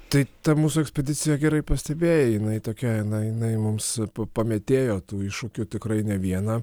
tai ta mūsų ekspedicija gerai pastebėjai jinai tokia jinai jinai mums pamėtėjo tų iššūkių tikrai ne vieną